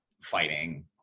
fighting